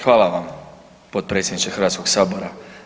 Hvala vam potpredsjedniče Hrvatskoga sabora.